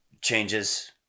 changes